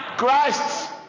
Christ